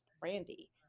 brandy